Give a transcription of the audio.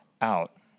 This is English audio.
out